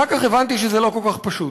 אחר כך הבנתי שזה לא כל כך פשוט,